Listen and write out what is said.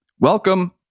Welcome